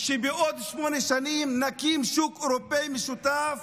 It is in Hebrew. בעוד שמונה שנים נקים שוק אירופי משותף